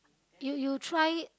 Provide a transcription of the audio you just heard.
you you try